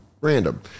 random